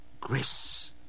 grace